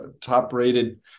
top-rated